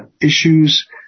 issues